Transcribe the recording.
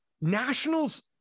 nationals